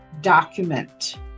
document